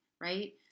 right